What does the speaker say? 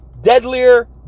deadlier